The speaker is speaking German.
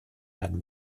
werden